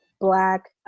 black